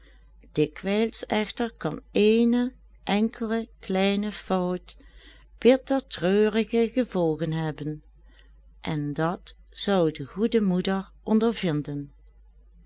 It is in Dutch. dikwijls echter kan eene enkele kleine fout bitter treurige gevolgen hebben en dat zou de goede moeder ondervinden